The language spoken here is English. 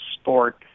sport